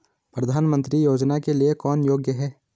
प्रधानमंत्री योजना के लिए कौन योग्य है?